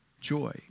joy